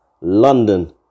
London